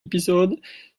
episode